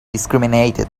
discriminated